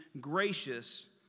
gracious